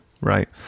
right